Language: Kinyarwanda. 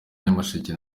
nyamasheke